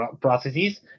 processes